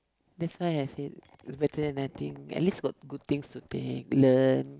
that's why I say it's better than nothing at least got good things to take learn